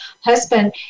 husband